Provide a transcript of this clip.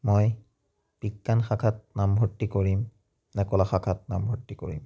মই বিজ্ঞান শাখাত নামভৰ্তি কৰিম নে কলা শাখাত নামভৰ্তি কৰিম